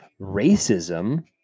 racism